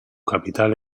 capital